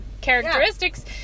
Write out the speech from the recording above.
characteristics